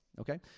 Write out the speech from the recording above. okay